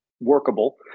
workable